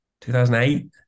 2008